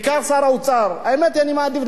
האמת היא, אני מעדיף לדבר על ראש הממשלה.